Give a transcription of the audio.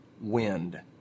wind